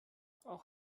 auch